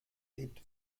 lebt